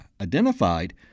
identified